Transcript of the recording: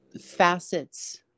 facets